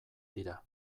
dira